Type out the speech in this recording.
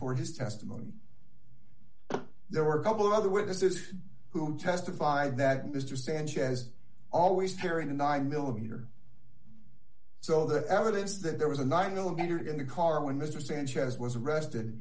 for his testimony there were a couple of other witnesses who testified that mr sanchez always carrying a nine millimeter so the evidence that there was a night will get in the car when mr sanchez was arrested